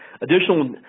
additional